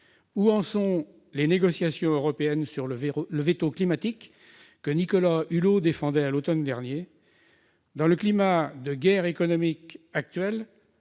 Où en sont les négociations européennes sur ce veto climatique, que Nicolas Hulot défendait à l'automne dernier ? Dans le climat de guerre économique actuel,